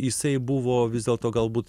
jisai buvo vis dėlto galbūt